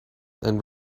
and